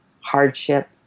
hardship